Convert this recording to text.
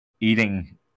eating